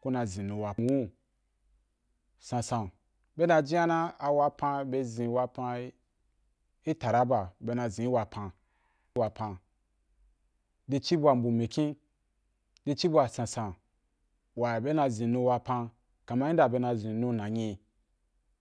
ku na zin nu wa sansan be dan jinya na wapan be zin wapan i taraba be na zin wapan i, wapan, di ci bua mbu mikyin di ci bua kaman yan da be na zin nu na nyi